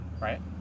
Right